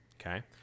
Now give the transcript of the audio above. okay